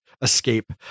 escape